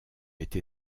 été